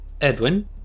Edwin